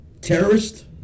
terrorist